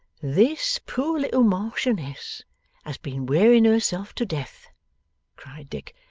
this poor little marchioness has been wearing herself to death cried dick.